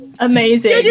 amazing